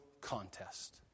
contest